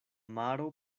maro